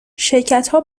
شرکتها